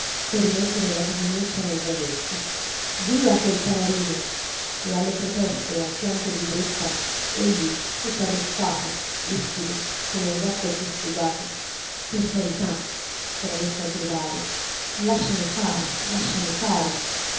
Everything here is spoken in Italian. per rimetter la canapuccia nel vasetto via quel canarino e alle proteste al pianto di dreetta egli tutt'arruffato ispido come un gatto fustigato per carità s'era messo a gridare ti prego lasciami fare lasciami fare